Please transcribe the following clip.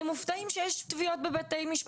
אתם מופתעים שיש תביעות בבתי משפט,